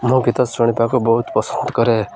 ମୁଁ ଗୀତ ଶୁଣିବାକୁ ବହୁତ ପସନ୍ଦ କରେ